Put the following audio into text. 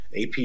AP